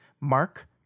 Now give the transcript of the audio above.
Mark